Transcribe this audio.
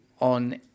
on